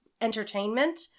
entertainment